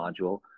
module